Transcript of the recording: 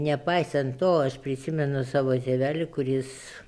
nepaisant to aš prisimenu savo tėvelį kuris